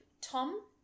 Tom